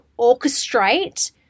orchestrate